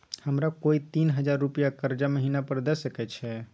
हमरा कोय तीन हजार रुपिया कर्जा महिना पर द सके छै?